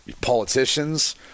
politicians